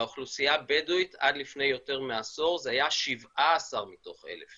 באוכלוסייה הבדואית עד לפני יותר מעשור זה היה 17 מתוך 1,000,